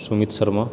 Sumit Sharma